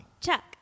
Chuck